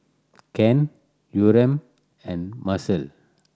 Ken Yurem and Marcelle